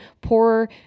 poor